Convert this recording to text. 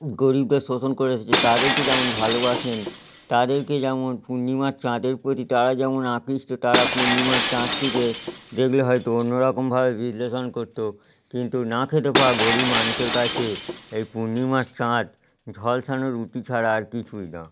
গরীবদের শোষণ করে এসেছে তাদেরকে যেমন ভালোবাসেন তাদেরকে যেমন পূর্ণিমার চাঁদের প্রতি তারা যেমন আকৃষ্ট তারা পূর্ণিমার চাঁদটিকে দেগলে হয়তো অন্য রকমভাবে বিশ্লেষণ করতো কিন্তু না খেতে পাওয়া গরীব মানুষের কাছে এই পূর্ণিমার চাঁদ ঝলসানো রুটি ছাড়া আর কিছুই না